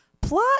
plot